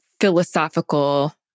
philosophical